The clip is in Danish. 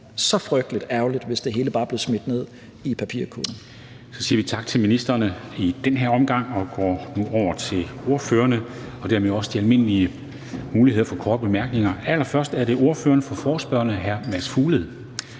så frygtelig ærgerligt, hvis det hele bare bliver smidt ned i papirkurven. Kl. 11:20 Formanden (Henrik Dam Kristensen): Så siger vi tak til ministrene i den her omgang og går nu over til ordførererne og dermed også de almindelige muligheder for korte bemærkninger. Allerførst er det ordføreren for forespørgerne, hr. Mads Fuglede.